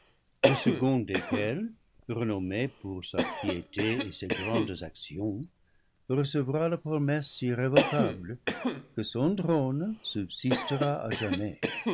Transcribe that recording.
le second desquels renommé pour sa piété et ses grandes actions recevra la promesse irrévocable que son trône subsistera à jamais